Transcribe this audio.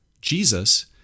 Jesus